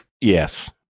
yes